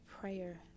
prayer